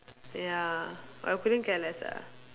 ya but I couldn't care less ah